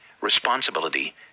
responsibility